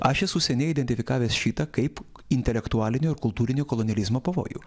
aš esu seniai identifikavęs šitą kaip intelektualinio ir kultūrinio kolonializmo pavojų